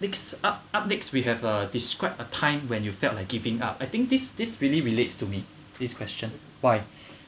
next up up next we have uh described a time when you felt like giving up I think this this really relates to me this question why